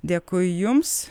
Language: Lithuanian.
dėkui jums